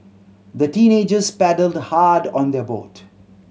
the teenagers paddled hard on their boat